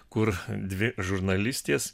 kur dvi žurnalistės